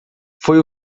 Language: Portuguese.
foi